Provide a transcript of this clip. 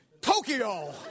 Tokyo